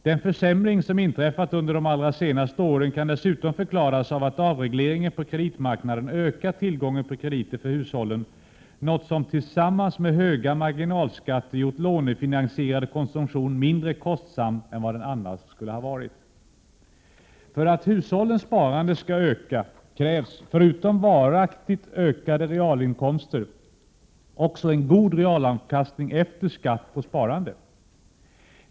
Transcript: Den försämring som under de allra senaste åren har inträffat kan dessutom förklaras av att avregleringen på kreditmarknaden ökat tillgången på krediter för hushållen, något som tillsammans med höga marginalskatter gjort lånefinansierad konsumtion mindre kostsam än vad den annars skulle ha varit. För att hushållens sparande skall öka, krävs förutom varaktigt ökade realinkomster också en efter skatt god realavkastning på sparande.